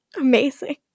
Amazing